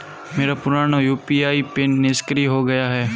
मेरा पुराना UPI PIN निष्क्रिय हो गया है